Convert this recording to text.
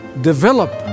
develop